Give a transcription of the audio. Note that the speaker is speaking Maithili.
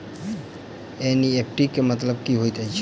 एन.ई.एफ.टी केँ मतलब की होइत अछि?